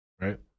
Right